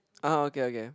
uh okay okay